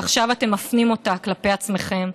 ועכשיו אתם מפנים אותה כלפי עצמכם.